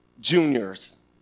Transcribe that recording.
Juniors